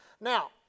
Now